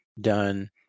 done